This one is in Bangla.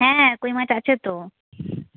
হ্যাঁ হ্যাঁ কই মাছ আছে তো